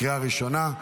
לקריאה ראשונה.